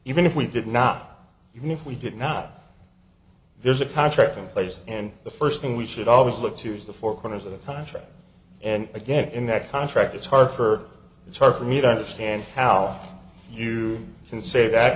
even if we did not even if we did not there's a contract in place and the first thing we should always look to use the four corners of the contract and again in that contract it's hard for it's hard for me to understand how you can say that